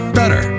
better